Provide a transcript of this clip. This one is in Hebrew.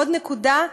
עוד נקודה,